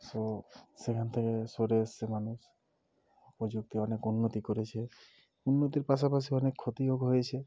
so সেখান থেকে সরে এসেছে মানুষ প্রযুক্তি অনেক উন্নতি করেছে উন্নতির পাশাপাশি অনেক ক্ষতিও কো হয়েছে